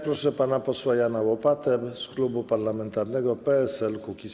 Proszę pana posła Jana Łopatę z klubu parlamentarnego PSL-Kukiz15.